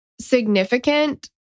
significant